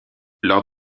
lors